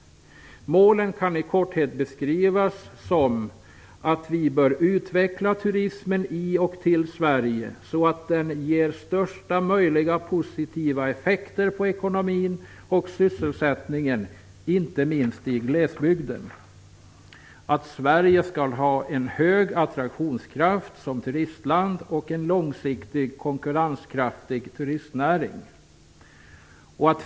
Målen kan i korthet beskrivas så att vi bör utveckla turismen i och till Sverige så att den ger största möjliga positiva effekter på ekonomin och sysselsättningen, inte minst i glesbygden. Sverige skall ha en hög attraktionskraft som turistland och en långsiktigt konkurrenskraftig turistnäring.